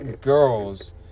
girls